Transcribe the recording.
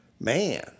man